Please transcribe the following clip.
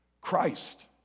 Christ